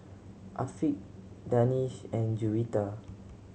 Afiq Danish and Juwita